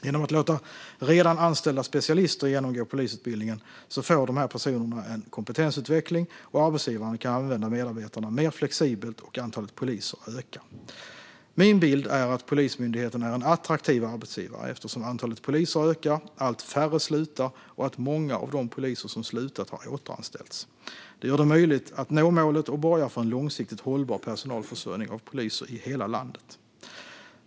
Genom att låta redan anställda specialister genomgå polisutbildningen får dessa personer en kompetensutveckling, arbetsgivaren kan använda medarbetarna mer flexibelt och antalet poliser ökar. Min bild är att Polismyndigheten är en attraktiv arbetsgivare eftersom antalet poliser ökar, allt färre slutar och många av de poliser som slutat har återanställts. Det gör det möjligt att nå målet och borgar för en långsiktigt hållbar personalförsörjning av poliser i hela landet.